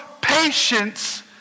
patience